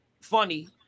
funny